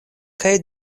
kaj